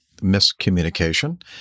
miscommunication